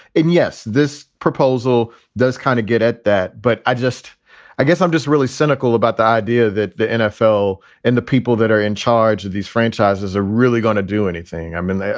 and, yes, this proposal does kind of get at that. but i just i guess i'm just really cynical about the idea that the nfl and the people that are in charge of these franchises are really going to do anything. i mean,